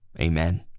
amen